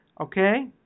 Okay